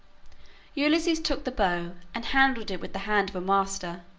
ulysses took the bow, and handled it with the hand of a master.